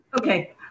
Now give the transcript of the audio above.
Okay